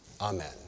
Amen